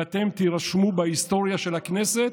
ואתם תירשמו בהיסטוריה של הכנסת,